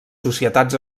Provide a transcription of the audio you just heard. societats